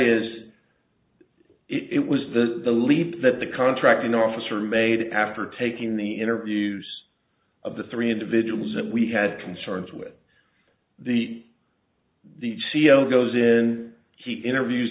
is it was the the leap that the contracting officer made after taking the interviews of the three individuals that we had concerns with the the c e o goes in he interviews